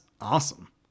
awesome